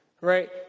right